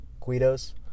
Guido's